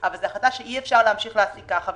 אבל זו החלטה שאי אפשר להמשיך להעסיק כך.